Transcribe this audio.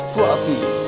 Fluffy